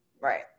Right